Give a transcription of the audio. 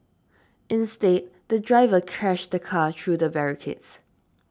instead the driver crashed the car through the barricades